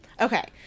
Okay